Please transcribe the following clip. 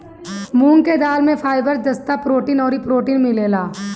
मूंग के दाल में फाइबर, जस्ता, प्रोटीन अउरी प्रोटीन मिलेला